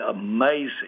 amazing